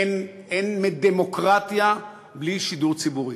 אין דמוקרטיה בלי שידור ציבורי.